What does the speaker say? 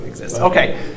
Okay